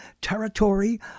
territory